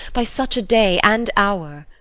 by such a day and hour.